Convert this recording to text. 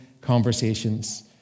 conversations